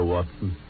Watson